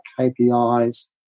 kpis